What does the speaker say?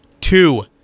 Two